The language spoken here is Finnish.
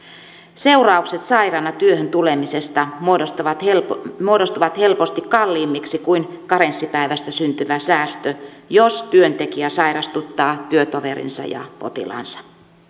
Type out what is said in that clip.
seuraukset sairaana työhön tulemisesta muodostuvat helposti muodostuvat helposti kalliimmiksi kuin karenssipäivästä syntyvä säästö jos työntekijä sairastuttaa työtoverinsa ja potilaansa